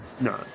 No